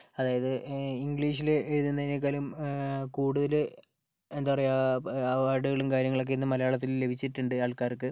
അതായത് ഇംഗ്ലീഷിൽ എഴുതുന്നതിനേക്കാളും കൂടുതൽ എന്താ പറയുക അവാർഡുകളും കാര്യങ്ങളൊക്കെ ഇന്ന് മലയാളത്തിൽ ലഭിച്ചിട്ടുണ്ട് ആൾക്കാർക്ക്